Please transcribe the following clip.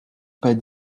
pas